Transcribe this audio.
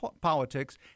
politics